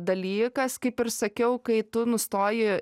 dalykas kaip ir sakiau kai tu nustoji